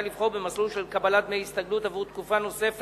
לבחור במסלול של קבלת דמי הסתגלות עבור תקופה נוספת